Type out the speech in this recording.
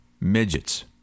midgets